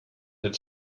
had